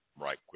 right